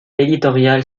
éditorial